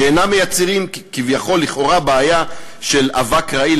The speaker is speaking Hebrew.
שאינם מייצרים כביכול, לכאורה, בעיה של אבק רעיל.